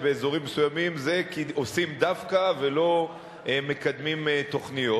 שבאזורים מסוימים עושים דווקא ולא מקדמים תוכניות,